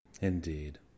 Indeed